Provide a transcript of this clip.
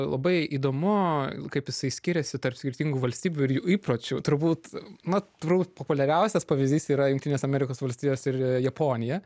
labai įdomu kaip jisai skiriasi tarp skirtingų valstybių ir jų įpročių turbūt na turbūt populiariausias pavyzdys yra jungtinės amerikos valstijos ir japonija